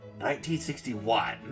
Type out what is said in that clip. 1961